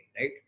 right